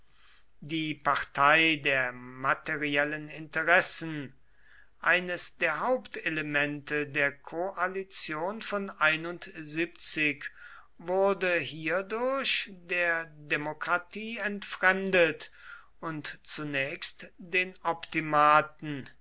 die partei der materiellen interessen eines der hauptelemente der koalition von wurde hierdurch der demokratie entfremdet und zunächst den optimaten